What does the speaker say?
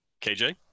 KJ